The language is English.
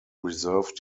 reserve